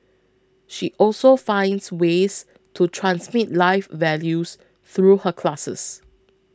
she also finds ways to transmit life values through her classes